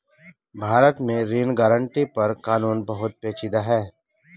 भारत में ऋण गारंटी पर कानून बहुत पेचीदा है